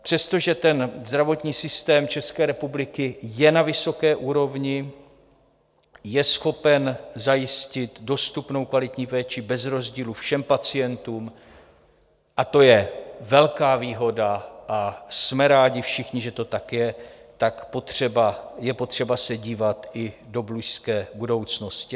Přestože zdravotní systém České republiky je na vysoké úrovni, je schopen zajistit dostupnou kvalitní péči bez rozdílu všem pacientům, a to je velká výhoda a jsme rádi všichni, že to tak je, tak je potřeba se dívat i do blízké budoucnosti.